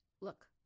look